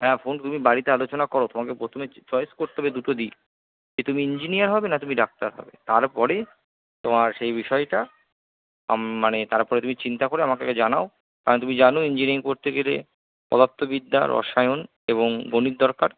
হ্যাঁ তুমি বাড়িতে আলোচনা কর তোমাকে প্রথমে চয়েস করতে হবে দুটো দিক যে তুমি ইঞ্জিনিয়ার হবে না তুমি ডাক্তার হবে তারপরে আর সেই বিষয়টা মানে তারপরে তুমি চিন্তা করে আমাকে জানাও কারণ তুমি জানো ইঞ্জিনিয়ারিং পড়তে গেলে পদার্থবিদ্যা রসায়ন এবং গণিত দরকার